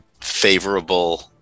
favorable